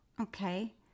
okay